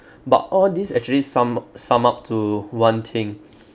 but all these actually sum sum up to one thing